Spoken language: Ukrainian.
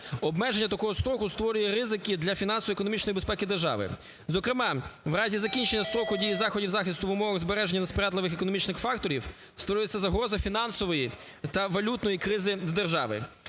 обмеження такого строку створює ризики для фінансово-економічної безпеки держави. Зокрема у разі закінчення строку дії заходів захисту в умовах збереження несприятливих економічних факторів створюється загроза фінансової та валютної кризи держави.